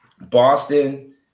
Boston